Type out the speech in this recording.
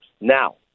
Now